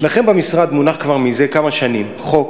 אצלכם במשרד מונח כבר זה כמה שנים חוק